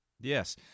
Yes